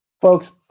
folks